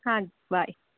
ਹਾਂਜੀ ਬਾਏ